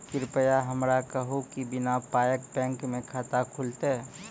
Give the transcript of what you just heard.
कृपया हमरा कहू कि बिना पायक बैंक मे खाता खुलतै?